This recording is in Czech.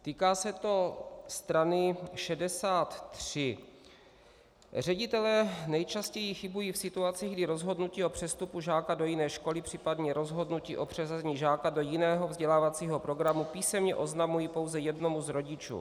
Týká se to strany 63: Ředitelé nejčastěji chybují v situacích, kdy rozhodnutí o přestupu žáka do jiné školy, případně rozhodnutí o přeřazení žáka do jiného vzdělávacího programu písemně oznamují pouze jednomu z rodičů.